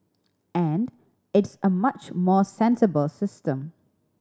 and it's a much more sensible system